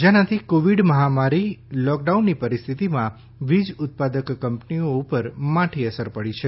જેનાથી કોવિડ મહામારી લોકડાઉનની પરિસ્થિતિમાં વિજ ઉત્પાદક કંપનીઓ ઉપર માઠી અસર પડી છે